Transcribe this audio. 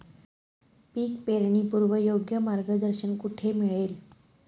पीक पेरणीपूर्व योग्य मार्गदर्शन कुठे मिळेल?